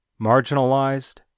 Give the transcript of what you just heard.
marginalized